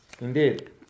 Indeed